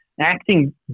acting